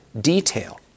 detail